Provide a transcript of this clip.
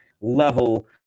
level